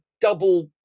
double